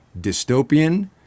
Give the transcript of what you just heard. dystopian